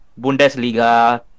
Bundesliga